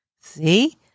see